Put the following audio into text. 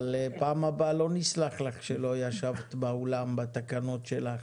אבל פעם הבאה לא נסלח לך שלא ישבת באולם בתקנות שלך,